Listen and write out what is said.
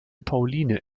pauline